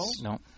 No